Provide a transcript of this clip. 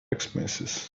expenses